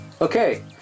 Okay